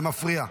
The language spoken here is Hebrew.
זה מפריע.